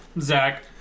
Zach